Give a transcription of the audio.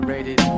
Rated